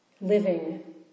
living